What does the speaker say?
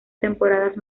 temporadas